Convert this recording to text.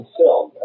film